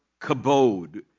kabod